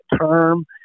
term